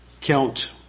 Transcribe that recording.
count